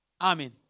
Amen